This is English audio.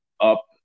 up